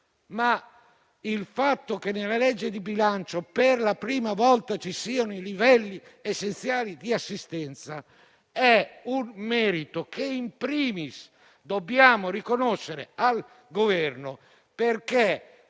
Il fatto che nella manovra di bilancio, per la prima volta, ci siano i livelli essenziali di assistenza è un merito che, *in primis,* dobbiamo riconoscere al Governo perché